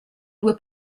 due